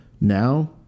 now